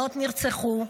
מאות נרצחו,